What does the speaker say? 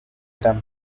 eran